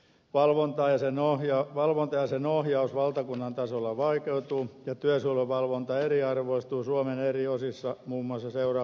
valvonta ja sen ohjaus valtakunnan tasolla vaikeutuu ja työsuojeluvalvonta eriarvoistuu suomen eri osissa muun muassa seuraavilla tavoin